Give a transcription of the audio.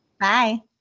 Bye